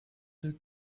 two